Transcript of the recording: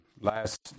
last